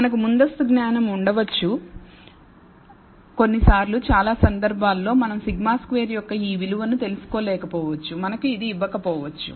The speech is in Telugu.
మనకు ముందస్తు జ్ఞానం ఉండవచ్చు కొన్నిసార్లు చాలా సందర్భాలలో మనం σ2 యొక్క ఈ విలువను తెలుసుకోలేకపోవచ్చు మనకు ఇది ఇవ్వకపోవచ్చు